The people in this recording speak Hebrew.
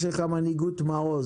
יש לך מנהיגות מעוז,